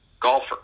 golfer